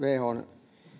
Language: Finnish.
whon